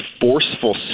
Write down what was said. forceful